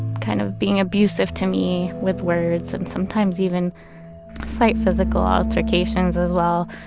kind of being abusive to me, with words and sometimes even slight physical altercations as well.